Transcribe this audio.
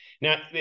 Now